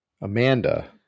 Amanda